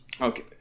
Okay